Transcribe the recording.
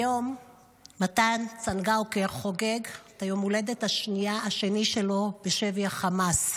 היום מתן צאנגאוקר חוגג את היום הולדת השני שלו בשבי חמאס,